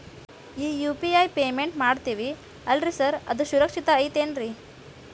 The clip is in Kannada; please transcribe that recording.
ಈ ಯು.ಪಿ.ಐ ಪೇಮೆಂಟ್ ಮಾಡ್ತೇವಿ ಅಲ್ರಿ ಸಾರ್ ಅದು ಸುರಕ್ಷಿತ್ ಐತ್ ಏನ್ರಿ?